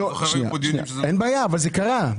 היו פה דיונים על כך שזה לא קרה.